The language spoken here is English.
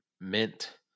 mint